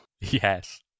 Yes